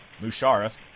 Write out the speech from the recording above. Musharraf